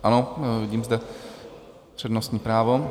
Ano, vidím zde přednostní právo.